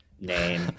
name